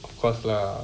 of course lah